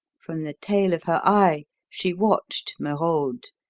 from the tail of her eye she watched merode.